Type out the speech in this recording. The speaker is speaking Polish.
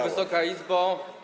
Wysoka Izbo!